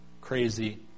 crazy